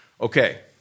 Okay